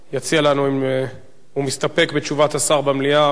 יודיע לנו אם הוא מסתפק בתשובת השר במליאה או